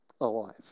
alive